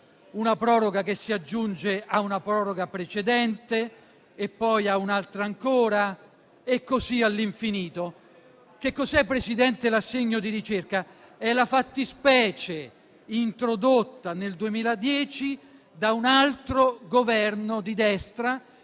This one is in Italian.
una proroga che si aggiunge a una proroga precedente, poi a un'altra ancora e così all'infinito. Che cos'è l'assegno di ricerca? È la fattispecie introdotta nel 2010 da un altro Governo di destra,